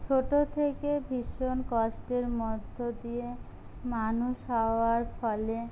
ছোট থেকে ভীষণ কষ্টের মধ্য দিয়ে মানুষ হওয়ার ফলে